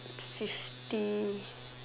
fifty